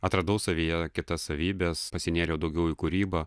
atradau savyje kitas savybes pasinėriau daugiau į kūrybą